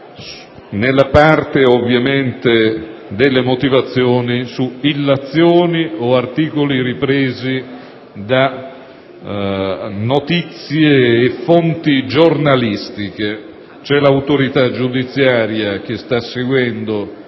nella parte delle motivazioni, su illazioni o articoli ripresi da notizie e fonti giornalistiche. C'è l'autorità giudiziaria che sta seguendo